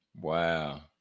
Wow